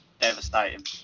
devastating